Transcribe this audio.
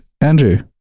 Andrew